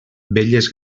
belles